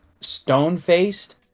stone-faced